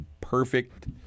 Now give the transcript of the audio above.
perfect